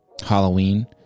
Halloween